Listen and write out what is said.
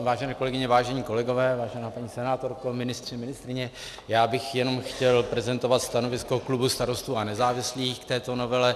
Vážené kolegyně, vážení kolegové, vážená paní senátorko, ministři, ministryně, já bych jenom chtěl prezentovat stanovisko klubu Starostů a nezávislých k této novele.